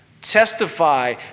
testify